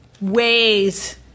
ways